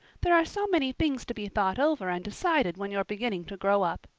there are so many things to be thought over and decided when you're beginning to grow up.